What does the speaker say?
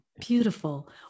Beautiful